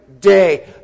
day